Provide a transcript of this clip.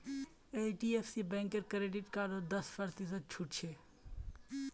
HDFC बैंकेर credit कार्डत दस प्रतिशत छूट छ